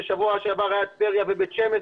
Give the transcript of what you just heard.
בשבוע שעבר היה דיון על טבריה ועל בית שמש,